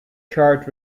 charged